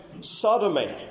sodomy